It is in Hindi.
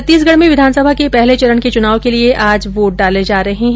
छत्तीसगढ़ में विधानसभा के पहले चरण के चुनाव के लिए आज वोट डाले जा रहे हैं